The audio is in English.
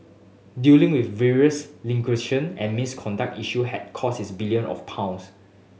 dealing with various languishing and misconduct issue had cost its billion of pounds